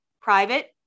Private